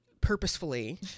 purposefully